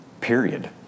Period